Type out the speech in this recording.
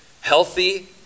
healthy